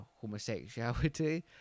homosexuality